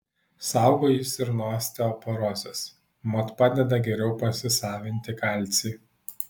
saugo jis ir nuo osteoporozės mat padeda geriau pasisavinti kalcį